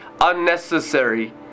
unnecessary